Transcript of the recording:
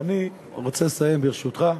אני רוצה לסיים, ברשותך.